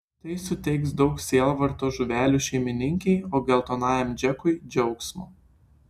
tai suteiks daug sielvarto žuvelių šeimininkei o geltonajam džekui džiaugsmo